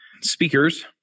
speakers